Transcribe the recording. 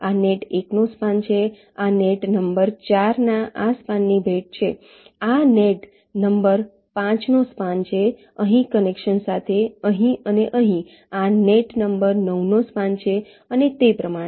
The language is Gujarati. આ નેટ 1 નો સ્પાન છે આ નેટ નંબર 4 ના આ સ્પાનની નેટ છે આ નેટ નંબર 5 નો સ્પાન છે અહીં કનેક્શન્સ સાથે અહીં અને અહીં આ નેટ નંબર 9 નો સ્પાન છે અને તે પ્રમાણે